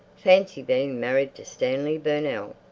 fancy being married to stanley burnell!